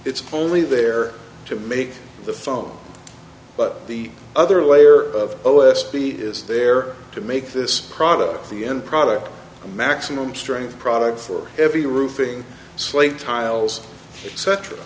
it's only there to make the phone but the other layer of o s b is there to make this product the end product a maximum strength product for every roofing slate tiles cetera